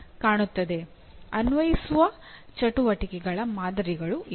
"ಅನ್ವಯಿಸುವ" ಚಟುವಟಿಕೆಗಳ ಮಾದರಿಗಳು ಇವು